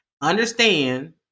Understand